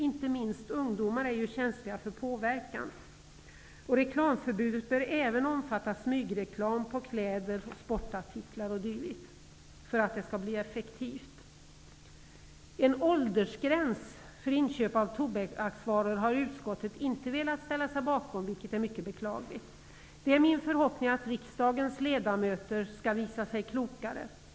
Inte minst ungdomar är känsliga för påverkan. Reklamförbudet bör även omfatta smygreklam på kläder, sportartiklar o.d. för att bli effektivt. Förslaget om en åldersgräns för inköp av tobaksvaror har utskottet inte velat ställa sig bakom, vilket är mycket beklagligt. Det är min förhoppning att riksdagens ledamöter skall visa sig klokare.